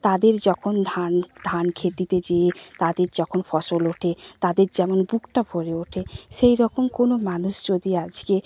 তাদের যখন ধান ধান খেতেতে যেয়ে তাদের যখন ফসল ওঠে তাদের যেমন বুকটা ভরে ওঠে সেই রকম কোনো মানুষ যদি আজকে